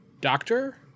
doctor